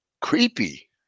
creepy